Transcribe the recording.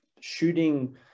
shooting